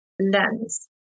lens